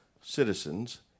citizens